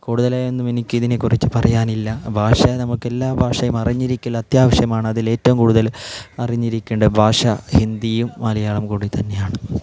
കൂടുതലായൊന്നും എനിക്ക് ഇതിനെക്കുറിച്ച് പറയാനില്ല ഭാഷ നമുക്കെല്ലാ ഭാഷയും അറിഞ്ഞിരിക്കൽ അത്യാവശ്യമാണ് അതിൽ ഏറ്റവും കൂടുതൽ അറിഞ്ഞിരിക്കേണ്ട ഭാഷ ഹിന്ദിയും മലയാളവും കൂടിത്തന്നെയാണ്